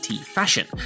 fashion